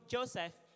Joseph